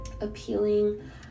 appealing